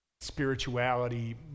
spirituality